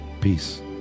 Peace